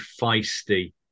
feisty